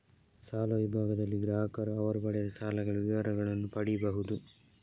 ಸಾಲ ವಿಭಾಗದಲ್ಲಿ ಗ್ರಾಹಕರು ಅವರು ಪಡೆದ ಸಾಲಗಳ ವಿವರಗಳನ್ನ ಪಡೀಬಹುದು